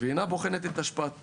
ואינה בוחנת את השפעת